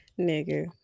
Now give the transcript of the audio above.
Nigga